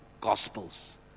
Gospels